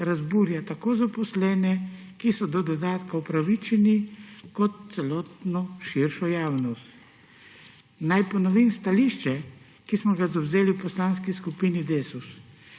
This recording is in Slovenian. razburja tako zaposlene, ki so do dodatka upravičeni, kot celotno širšo javnost. Naj ponovim stališče, ki smo ga zavzeli v Poslanski skupini Desus.